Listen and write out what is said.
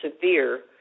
severe